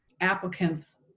applicants